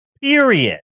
Period